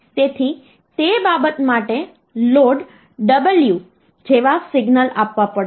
તેથી તે બાબત માટે મારે લોડ ડબલ્યુ જેવા સિગ્નલ આપવા પડશે